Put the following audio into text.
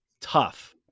tough